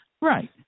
Right